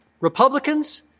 Republicans